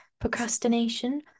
procrastination